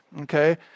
Okay